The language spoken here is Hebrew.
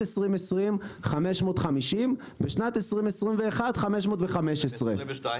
2020 שווקו 550,000 טון ובשנת 2021 515,000 טון.